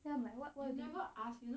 then I'm like what what you